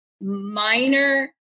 minor